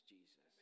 Jesus